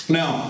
now